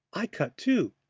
i cut, too.